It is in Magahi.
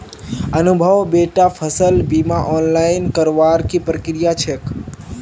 अनुभव बेटा फसल बीमा ऑनलाइन करवार की प्रक्रिया छेक